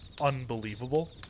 unbelievable